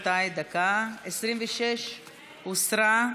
והסתייגות 26 הוסרה.